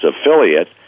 affiliate